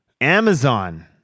Amazon